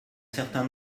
certain